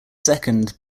second